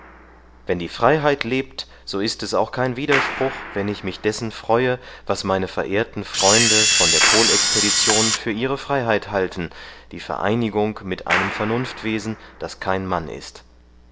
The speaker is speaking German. wenn die freiheit lebt so ist es auch kein widerspruch wenn ich mich dessen freue was meine verehrten freunde von der polexpedition für ihre freiheit halten die vereinigung mit einem vernunftwesen das kein mann ist